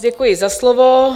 Děkuji za slovo.